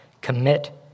commit